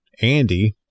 Andy